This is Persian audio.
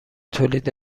تولید